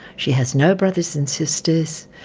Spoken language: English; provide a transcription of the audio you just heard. she has no brothers and sisters,